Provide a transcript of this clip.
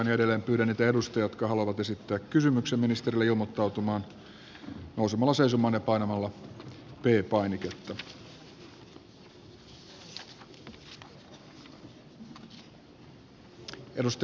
edelleen pyydän niitä edustajia jotka haluavat esittää kysymyksen ministerille ilmoittautumaan nousemalla seisomaan ja painamalla p painiketta